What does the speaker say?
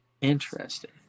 Interesting